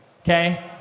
okay